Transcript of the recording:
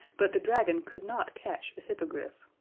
but the dragon could not catch the hippogriff.